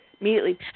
immediately